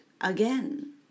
again